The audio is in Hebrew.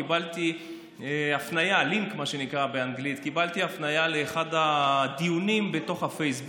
קיבלתי קישור מה שנקרא באנגלית "לינק" לאחד הדיונים בפייסבוק,